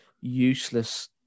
useless